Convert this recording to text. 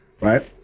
right